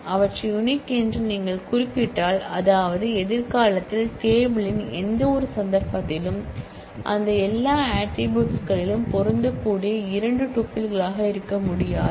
அவற்றை யுனிக் என்று நீங்கள் குறிப்பிட்டால் அதாவது எதிர்காலத்தில் டேபிள் யின் எந்தவொரு சந்தர்ப்பத்திலும் அந்த எல்லா ஆட்ரிபூட்ஸ் களிலும் பொருந்தக்கூடிய இரண்டு டூப்பிள்களாக இருக்க முடியாது